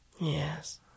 Yes